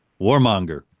Warmonger